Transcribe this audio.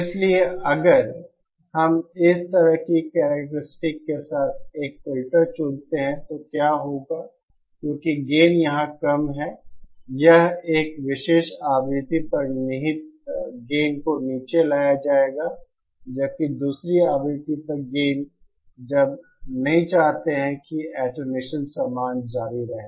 इसलिए अगर हम इस तरह की कैरेक्टरस्टिक के साथ एक फिल्टर चुनते हैं तो क्या होगा क्योंकि गेन यहां कम है यह एक विशेष आवृत्ति पर निहित गेन को नीचे लाया जाएगा जबकि दूसरी आवृत्ति पर गेन जब हम नहीं चाहते हैं की अटैंयुएसन समान जारी रहे